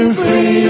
free